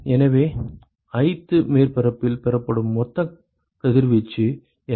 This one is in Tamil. எனவே ith மேற்பரப்பில் பெறப்படும் மொத்த கதிர்வீச்சு என்ன